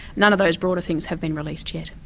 none of those broader things have been released yet.